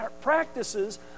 practices